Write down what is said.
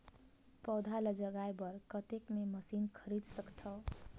पौधा ल जगाय बर कतेक मे मशीन खरीद सकथव?